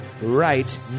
right